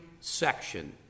section